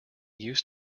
used